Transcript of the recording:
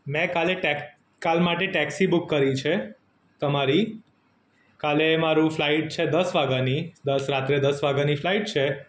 મેં કાલે ટેક કાલ માટે ટેક્સી બુક કરી છે તમારી કાલે મારું ફ્લાઇટ છે દસ વાગ્યાની દસ રાત્રે દસ વાગ્યેની ફ્લાઇટ છે